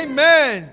Amen